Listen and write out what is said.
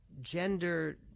gender